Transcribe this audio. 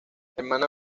hermana